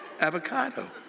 avocado